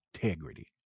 integrity